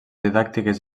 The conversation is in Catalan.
didàctiques